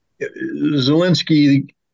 Zelensky